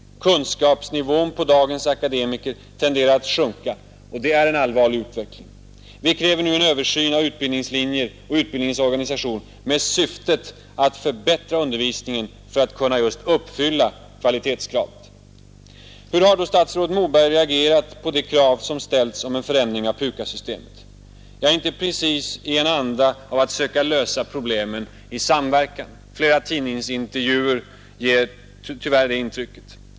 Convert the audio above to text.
Kunskapsnivån hos dagens akademiker tenderar att sjunka, och det är en allvarlig utveckling. Vi kräver nu en översyn av utbildningslinjer och utbildningens organisation med syftet att förbättra undervisningen för att kunna uppfylla kvalitetskravet. Hur har då statsrådet Moberg reagerat på de krav som ställts om en förändring av PUKAS-systemet? Ja, inte precis i en anda av att söka lösa problemen i samverkan — flera tidningsintervjuer ger tyvärr det felaktiga intrycket.